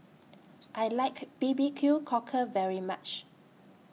I like B B Q Cockle very much